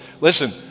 listen